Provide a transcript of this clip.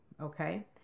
Okay